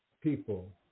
people